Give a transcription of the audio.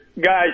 guys